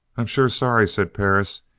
i'm sure sorry, said perris.